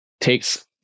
takes